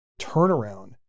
turnaround